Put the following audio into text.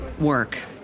work